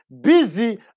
busy